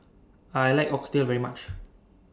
I like Oxtail very much